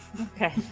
Okay